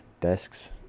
desks